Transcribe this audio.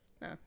No